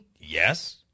yes